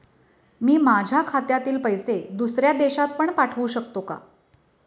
मी माझ्या खात्यातील पैसे दुसऱ्या देशात पण पाठवू शकतो का?